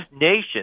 Nation